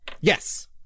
Yes